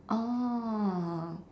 oh